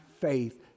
faith